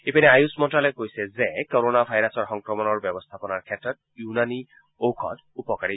ইপিনে আয়ুষ মন্ত্যালয়ে কৈছে যে কোৰোণা ভাইৰাছৰ সংক্ৰমণৰ ব্যৱস্থাপনাৰ ক্ষেত্ৰত ইউনানী ঔষধ উপকাৰী